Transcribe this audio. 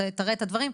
תראה את הדברים.